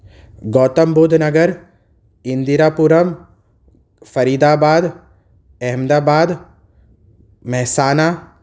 Gautam Buddh Nagar Indirapuram Faridabad Ahmedabad Mehsana